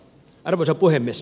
arvoisa puhemies